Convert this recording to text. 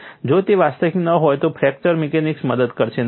જો તે વાસ્તવિક ન હોય તો ફ્રેક્ચર મિકેનિક્સ મદદ કરશે નહીં